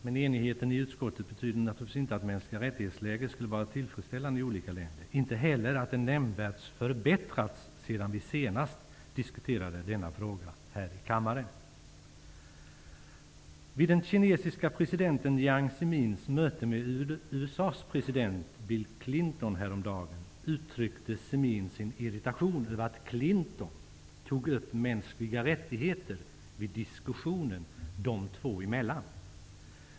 Men enigheten i utskottet betyder inte att läget för mänskliga rättigheter är tillfredsställande i olika länder, inte heller att det nämnvärt förbättrats sedan vi senast diskuterade denna fråga i kammaren. Vid den kinesiska presidenten Jiang Xemins möte med USA:s president Bill Clinton häromdagen uttryckte Zemin sin irritation över att Clinton tog upp de mänskliga rättigheterna i diskussionen dem emellan.